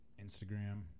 Instagram